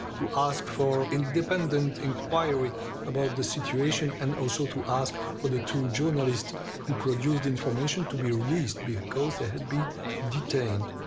to ask for independent inquiry about the situation and also to ask for the two journalists who produced information to be released because they had been detained.